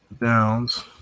downs